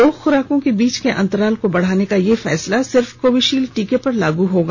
दो खुराकों के बीच के अंतराल को बढ़ाने का यह फैसला सिर्फ कोविशील्ड टीके पर लागू होगा